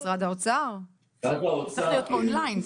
זה צריך להיות און-ליין.